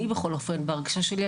אני בכל אופן בהרגשה שלי,